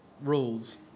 rules